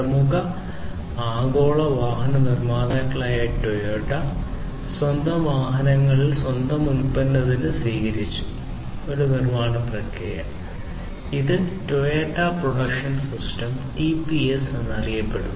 പ്രമുഖ ആഗോള വാഹന നിർമാതാക്കളായ ടൊയോട്ട എന്നറിയപ്പെടുന്നു